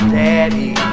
daddy